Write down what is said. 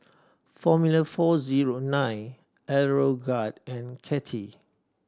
Formula Four Zero Nine Aeroguard and Kettle